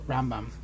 Rambam